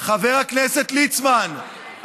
חבר הכנסת ליצמן,